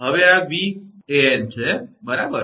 હવે આ 𝑉𝑎𝑛 છે બરાબર